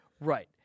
Right